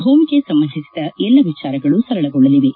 ಭೂಮಿಗೆ ಸಂಬಂಧಿಸಿದ ಎಲ್ಲ ವಿಚಾರಗಳು ಸರಳಗೊಳ್ಳಲಿವೆ